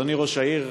אדוני ראש העיר,